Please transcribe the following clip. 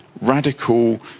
radical